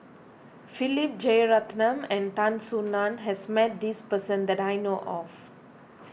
Philip Jeyaretnam and Tan Soo Nan has met this person that I know of